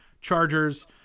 Chargers